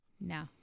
No